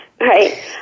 right